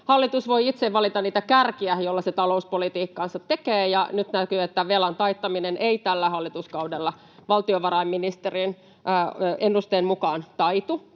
Hallitus voi itse valita niitä kärkiä, joilla se talouspolitiikkaansa tekee, ja nyt näkyy, että velan taittaminen ei tällä hallituskaudella valtiovarainministeriön ennusteen mukaan tapahdu.